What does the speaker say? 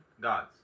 Gods